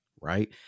right